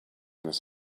this